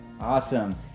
Awesome